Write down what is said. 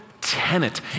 tenet